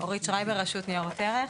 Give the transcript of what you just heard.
אורית שרייבר, רשות ניירות ערך.